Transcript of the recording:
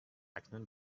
اکنون